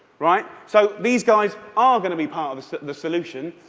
right? so, these guys are going to be part of the sort of the solution.